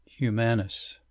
humanus